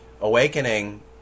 awakening